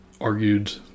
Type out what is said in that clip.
argued